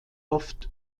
oft